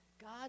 God